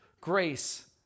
grace